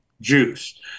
juice